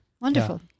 wonderful